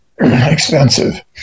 expensive